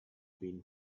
been